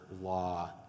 law